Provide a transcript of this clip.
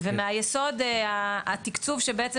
מהיסוד ומהיסוד התקצוב שבעצם,